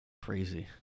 Crazy